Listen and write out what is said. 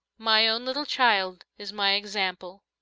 my own little child, is my example!